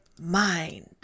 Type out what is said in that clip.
mind